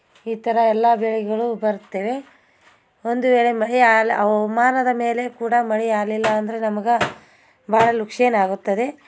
ಈ ಥರ ಎಲ್ಲ ಬೆಳೆಗಳು ಬರುತ್ತವೆ ಒಂದು ವೇಳೆ ಮಳೆ ಆಲ ಹವಮಾನದ ಮೇಲೆ ಕೂಡ ಮಳೆ ಆಗ್ಲಿಲ್ಲ ಅಂದರೆ ನಮ್ಗೆ ಭಾಳ ಲುಕ್ಷಾನ್ ಆಗುತ್ತದೆ